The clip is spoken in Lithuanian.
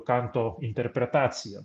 kanto interpretaciją